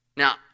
Now